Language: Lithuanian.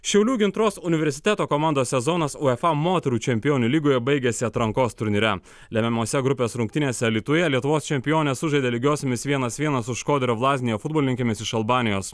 šiaulių gintros universiteto komandos sezonas uefa moterų čempionių lygoje baigėsi atrankos turnyre lemiamose grupės rungtynėse alytuje lietuvos čempionės sužaidė lygiosiomis vienas vienas su škoderio vllaznia futbolininkėmis iš albanijos